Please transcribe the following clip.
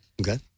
Okay